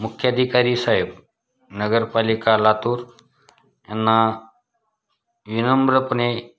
मुख्यधिकारी साहेब नगरपालिका लातूर यांना विनम्रपणे